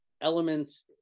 elements